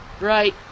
right